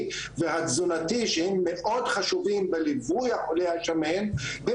והתזונתי שהם מאוד חשובים בליווי החולה השמן - הם